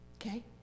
okay